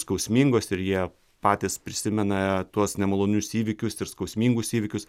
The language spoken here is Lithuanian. skausmingos ir jie patys prisimena tuos nemalonius įvykius ir skausmingus įvykius